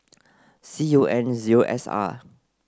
C U N zero S R